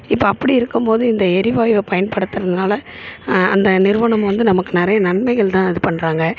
இப்போ அப்படி இருக்கும்போது இந்த எரிவாயுவை பயன்படுத்துகிறதுனால அந்த நிறுவனம் வந்து நமக்கு நிறைய நன்மைகள்தான் இது பண்ணுறாங்க